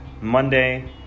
Monday